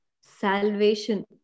salvation